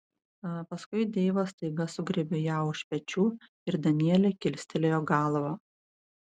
paskui deivas staiga sugriebė ją už pečių ir danielė kilstelėjo galvą